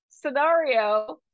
scenario